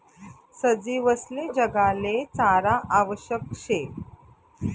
सजीवसले जगाले चारा आवश्यक शे